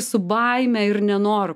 su baime ir nenoru